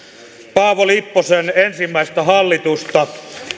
paavo lipposen ensimmäistä hallitusta